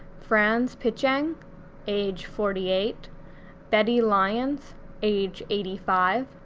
frans pitjeng age forty eight betty lyons age eighty five,